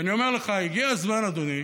ואני אומר לך, הגיע הזמן, אדוני,